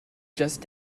just